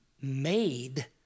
made